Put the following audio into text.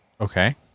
Okay